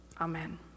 Amen